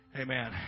amen